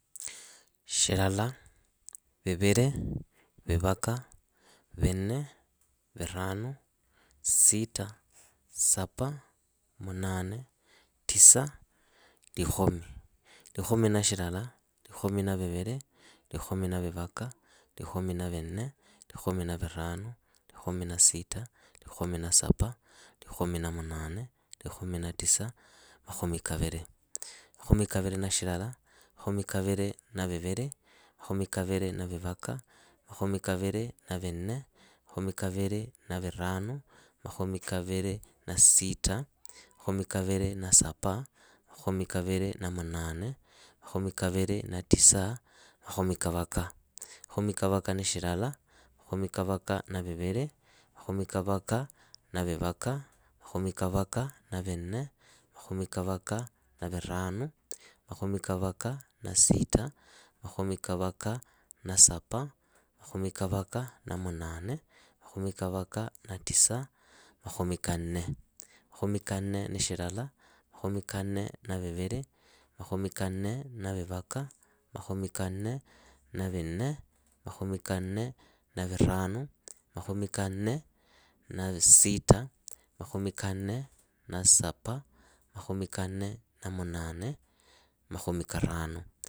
Shilala. viviri. vivaka. vinne. viranu. sita, sapa munane, tisa, likhomi. Likhomi na shilala, likhomi na viviri, likhomi na vivaka, likhomi na vinne, likhomi na vivaka, likhomi na vinne, likhomi na viranu, likhomi na sita, likhomi na sapa, likhomi na munane, likhomi na tisa, makhomi kaviri. Makhomi kaviri na shilala, makhomi kaviri na viviri, makhomi kavaka na vvaka, makhomi kaviri na vinne, makhomi kaviri na viranu, makhomi kaviri na sita, makhomi kaviri na sapa, makhomi kaviri na munane, makhomi kaviri na tisa, makhomi kavaka. Makhomi kavaka na shilala, makhomi kavaka na viviri, makhomi kavaka na vivaka, makhomi kavaka na vinne, makhomi kavaka na viranu, makhomi kavaka na sita, makhomi kavaka na sapa, makhomi kavaka na munane, makhomi kavaka na tisa, makhomi kanne. Makhomi kanne na shilala, makhomi kanne na viviri, makhomi kanne na vivaka, makhomi kanne na vinne, makhomi kanne na viranu, makhomi kanne na sita, makhomi kanne na sapa, makhomi kanne na munane, makhomi kanne na tisa, makhomi karanu.